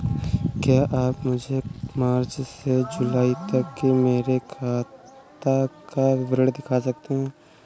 क्या आप मुझे मार्च से जूलाई तक की मेरे खाता का विवरण दिखा सकते हैं?